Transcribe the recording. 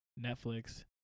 Netflix